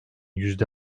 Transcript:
yüzde